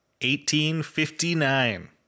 1859